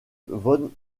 von